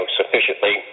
sufficiently